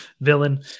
villain